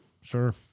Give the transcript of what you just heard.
Sure